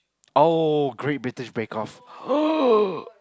oh Great-British-Bake-Off